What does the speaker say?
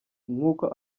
nk’uko